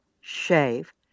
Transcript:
shave